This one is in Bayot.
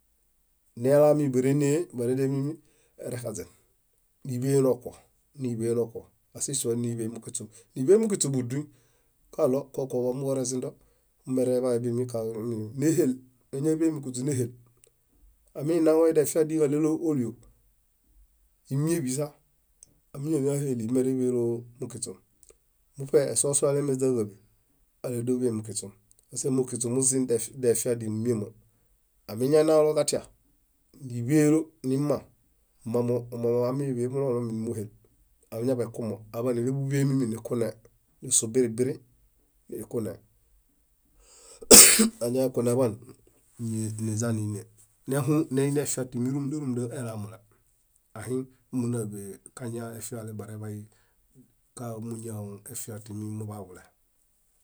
Nelaamimi barenée eerexaźen, níḃee noxuo, asisu níḃemukiśu, níḃemuki búduñ kalo kokoḃo muġurezindo mereḃakalo mimi néhel añaeḃemukiśu néhel aminau defiadi káɭeloolio, ímieṗisa amileheli mereḃelo muliśu. muṗe esose alemeźa káḃe, aledoḃe mukiśu. Mukiśu muzim defiadi míama. Amiñaenalo katia, níḃeelo nima, mamo amiḃémo noɭumi nímukel, añaḃaikumo aḃanileḃuḃé míi nikune nisũ bĩri bĩri nikune. Añaekune aḃan, niźaniné nehũ neiefia tirumunda rumunda elamule. Ahiŋ mónaḃe kañaefia bareḃay káḃemuḃaḃule.